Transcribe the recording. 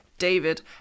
David